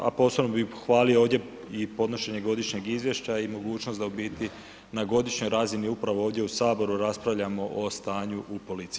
A posebno bi pohvalio ovdje i podnošenje godišnjeg izvješća i mogućnost da u biti na godišnjoj razini, upravo ovdje u Saboru, raspravljamo o stanju u policiji.